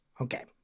Okay